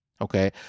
okay